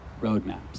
roadmaps